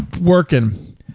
working